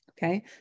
Okay